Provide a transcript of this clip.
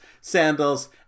sandals